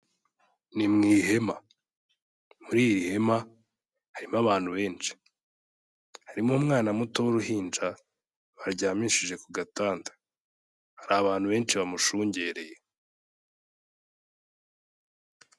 Ni mu ihema, muri iri hema harimo abantu benshi, harimo umwana muto w'uruhinja baryamishije ku gatanda, hari abantu benshi bamushungereye.